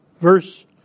Verse